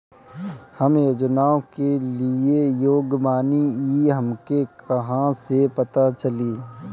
हम योजनाओ के लिए योग्य बानी ई हमके कहाँसे पता चली?